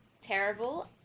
terrible